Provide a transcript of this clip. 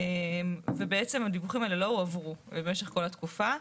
בעצם הדיווחים האלה לא הועברו במשך כל התקופה.